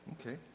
Okay